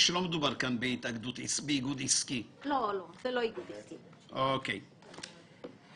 איגודים עסקיים נמצא תחת הזרקור שלנו.